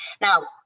Now